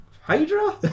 Hydra